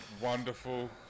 wonderful